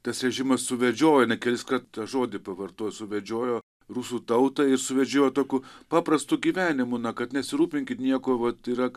tas režimas suvedžiojo inai keliskart tą žodį pavartojo suvedžiojo rusų tautą ir suvedžiojo tokiu paprastu gyvenimu na kad nesirūpinkit nieko vat yra